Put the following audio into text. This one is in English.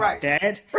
dead